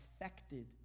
affected